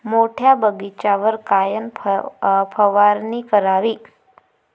मोठ्या बगीचावर कायन फवारनी करावी?